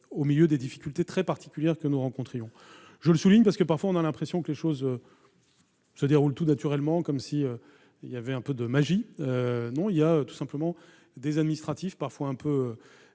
au milieu des difficultés très particulières que nous rencontrions. Je le souligne, parce que l'on a parfois l'impression que les choses se déroulent tout naturellement, comme par magie. Non, il y a tout simplement du personnel administratif, parfois un peu